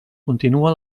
continua